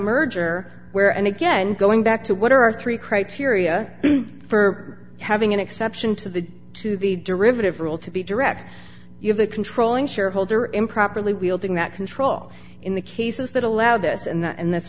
merger where and again going back to what are our three criteria for having an exception to the to the derivative rule to be direct you have the controlling shareholder improperly wielding that control in the cases that allow this and th